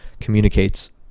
communicates